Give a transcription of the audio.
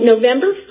November